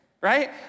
right